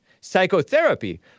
psychotherapy